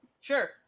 Sure